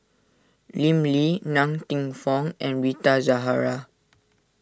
Lim Lee Ng Teng Fong and Rita Zahara